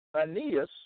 Aeneas